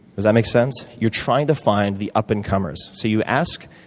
does that make sense? you're trying to find the up-and comers. so you ask,